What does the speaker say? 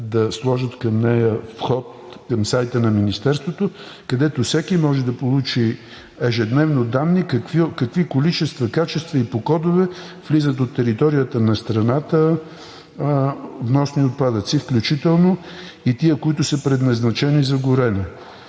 да сложат към нея вход към сайта на Министерството, където всеки може да получи ежедневно данни какви количества вносни отпадъци – качества и по кодове, влизат до територията на страната, включително и тези, които са предназначени за горене.